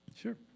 Sure